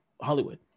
Hollywood